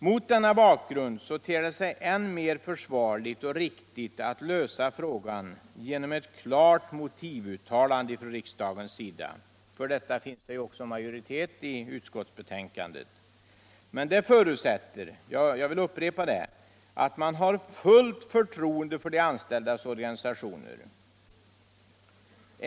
Mot denna bakgrund ter det sig än mer försvarligt och riktigt att lösa frågan genom ett klart motivuttalande av riksdagen. För detta finns det också majoritet i utskottsbetänkandet. Men det förutsätter — jag upprepar det — att man har fullt förtroende för de anställdas organisationer.